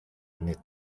menit